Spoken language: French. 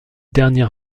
dernière